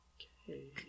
Okay